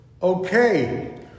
Okay